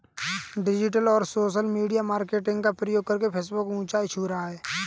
digital और social media marketing का प्रयोग करके फेसबुक ऊंचाई छू रहा है